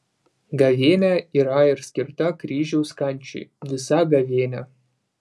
gavėnia yra ir skirta kryžiaus kančiai visa gavėnia